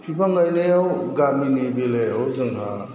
बिफां गायनायाव गामिनि बेलायाव जोंहा